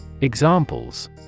Examples